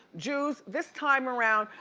jews, this time around,